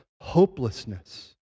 hopelessness